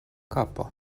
kapo